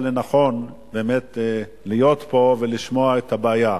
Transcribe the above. לנכון באמת להיות פה ולשמוע את הבעיה.